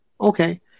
Okay